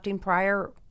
prior